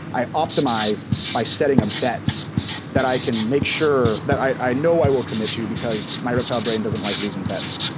i optimize by setting a bet that i can make sure. that i know i will commit to because my reptile brain doesn't like losing bets,